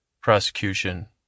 prosecution